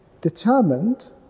determined